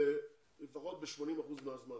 לפחות ב-80 אחוזים מהזמן.